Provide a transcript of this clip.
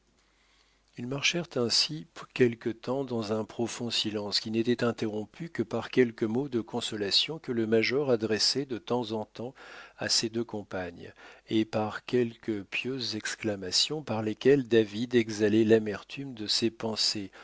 ils marchèrent ainsi quelque temps dans un profond silence qui n'était interrompu que par quelques mots de consolation que le major adressait de temps en temps à ses deux compagnes et par quelques pieuses exclamations par lesquelles david exhalait l'amertume de ses pensées